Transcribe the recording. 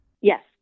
Yes